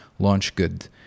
LaunchGood